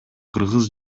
кыргыз